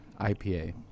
IPA